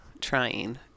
trying